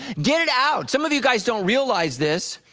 get it out some of you guys don't realize this,